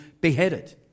beheaded